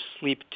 sleep